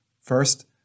First